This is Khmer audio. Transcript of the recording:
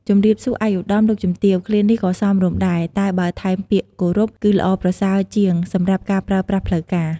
ជំរាបសួរឯកឧត្តម លោកជំទាវ ឃ្លានេះក៏សមរម្យដែរ តែបើថែមពាក្យ "គោរព" គឺល្អប្រសើរជាងសម្រាប់ការប្រើប្រាស់ផ្លូវការ។